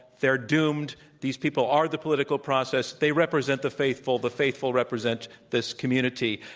they're doomed. these people are the political process. they represent the faithful. the faithful represent this community.